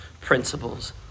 principles